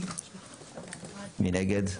מי נגד?